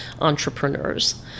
entrepreneurs